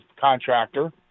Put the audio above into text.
contractor